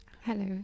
Hello